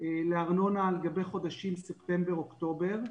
לארנונה לגבי חודשים ספטמבר-אוקטובר,